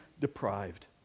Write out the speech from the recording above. deprived